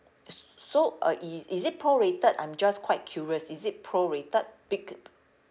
so uh is is it prorated I'm just quite curious is it prorated because